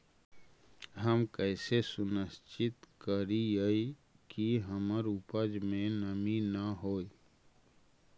हम कैसे सुनिश्चित करिअई कि हमर उपज में नमी न होय?